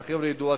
כדי שהחבר'ה ידעו.